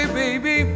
baby